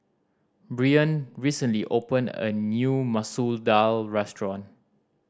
Bryon recently opened a new Masoor Dal restaurant